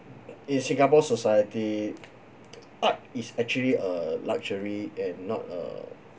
in singapore society art is actually a luxury and not a